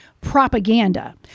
propaganda